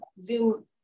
Zoom